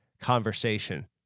conversation